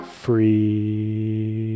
free